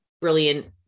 Brilliant